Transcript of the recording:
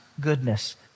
goodness